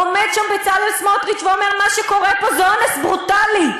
עומד שם בצלאל סמוטריץ ואומר: מה שקורה פה זה אונס ברוטלי.